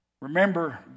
Remember